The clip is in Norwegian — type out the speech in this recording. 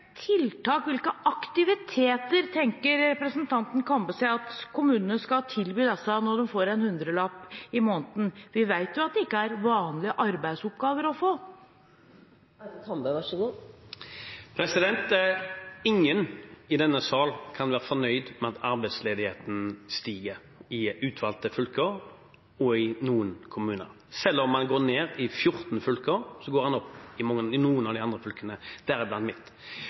tiltak og aktiviteter tenker representanten Kambe seg at kommunene skal tilby disse når de får en hundrelapp i måneden? Vi vet jo at det ikke er vanlige arbeidsoppgaver å få. Ingen i denne sal kan være fornøyd med at arbeidsledigheten stiger i utvalgte fylker og i noen kommuner. Selv om den går ned i 14 fylker, går den opp i noen av de andre fylkene, deriblant mitt.